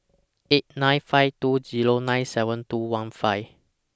eight nine five two Zero nine seven two one five